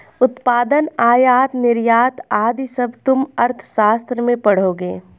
उत्पादन, आयात निर्यात आदि सब तुम अर्थशास्त्र में पढ़ोगे